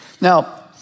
Now